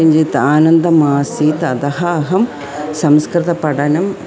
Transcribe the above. किञ्चित् आनन्दम् आसीत् अतः अहं संस्कृतपठनं